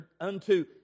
unto